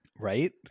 Right